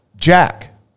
Jack